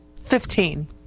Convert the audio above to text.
Fifteen